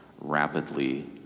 rapidly